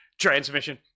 Transmission